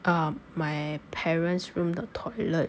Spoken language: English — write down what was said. um my parents room the toilet